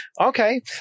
okay